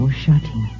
shutting